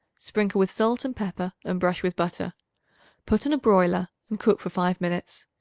sprinkle with salt and pepper and brush with butter put on a broiler and cook for five minutes.